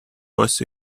was